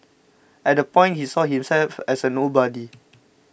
at the point he saw himself as a nobody